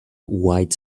white